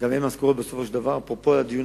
העדר פיקוח על החברות ופערים עצומים בתשלומים